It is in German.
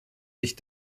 sich